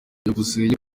byukusenge